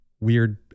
weird